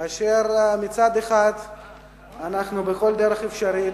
כאשר מצד אחד אנחנו בכל דרך אפשרית